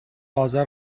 آذر